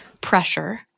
pressure